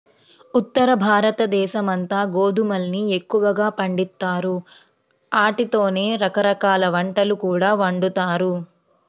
ఉత్తరభారతదేశమంతా గోధుమల్ని ఎక్కువగా పండిత్తారు, ఆటితోనే రకరకాల వంటకాలు కూడా వండుతారు